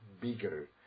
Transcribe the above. bigger